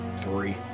three